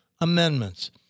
Amendments